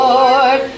Lord